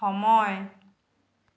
সময়